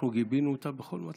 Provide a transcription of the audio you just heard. אנחנו גיבינו אותה בכל מצב.